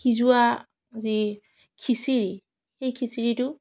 সিজোৱা যি খিচিৰি সেই খিচিৰিটো